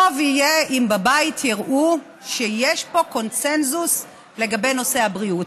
טוב יהיה אם בבית יראו שיש פה קונסנזוס לגבי נושא הבריאות.